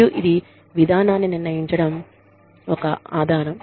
మరియు ఇది విధానాన్ని నిర్ణయించడానికి ఒక ఆధారం